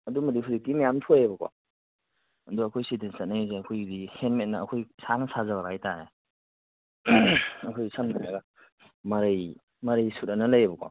ꯑꯗꯨꯝꯕꯗꯤ ꯍꯧꯖꯤꯛꯀꯤ ꯃꯌꯥꯝ ꯊꯣꯛꯑꯦꯕꯀꯣ ꯑꯗꯣ ꯑꯩꯈꯣꯏ ꯁꯤꯗ ꯆꯠꯅꯩꯁꯦ ꯑꯩꯈꯣꯏꯒꯤꯗꯤ ꯍꯦꯟꯃꯤꯠꯅ ꯑꯩꯈꯣꯏꯒꯤ ꯏꯁꯥꯅ ꯁꯥꯖꯕ ꯍꯥꯏ ꯇꯥꯔꯦ ꯑꯩꯈꯣꯏꯒꯤ ꯁꯝꯅ ꯍꯥꯏꯔꯒ ꯃꯔꯩ ꯃꯔꯩ ꯁꯨꯠꯑꯅ ꯂꯩꯌꯦꯕꯀꯣ